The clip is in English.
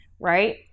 right